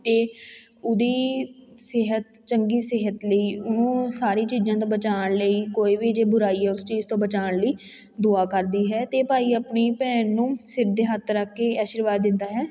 ਅਤੇ ਉਹਦੀ ਸਿਹਤ ਚੰਗੀ ਸਿਹਤ ਲਈ ਉਹਨੂੰ ਸਾਰੀਆਂ ਚੀਜ਼ਾਂ ਤੋਂ ਬਚਾਉਣ ਲਈ ਕੋਈ ਵੀ ਜੇ ਬੁਰਾਈ ਆ ਉਸ ਚੀਜ਼ ਤੋਂ ਬਚਾਉਣ ਲਈ ਦੁਆ ਕਰਦੀ ਹੈ ਅਤੇ ਭਾਈ ਆਪਣੀ ਭੈਣ ਨੂੰ ਸਿਰ 'ਤੇ ਹੱਥ ਰੱਖ ਕੇ ਆਸ਼ੀਰਵਾਦ ਦਿੰਦਾ ਹੈ